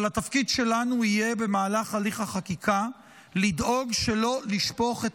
אבל התפקיד שלנו יהיה במהלך הליך החקיקה לדאוג שלא לשפוך את